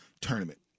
tournament